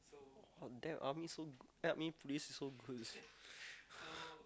oh damn army so good police is so good